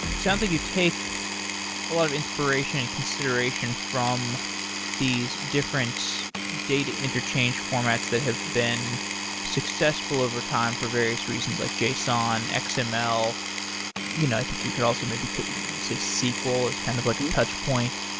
sounds like you take a lot of inspiration and consideration from these different data interchange formats that have been successful overtime for various reasons, like json, ah xml. you know i think you could also maybe say sql is kind of like a touch point.